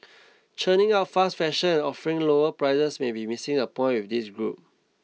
churning out fast fashion and offering lower prices may be missing a point with this group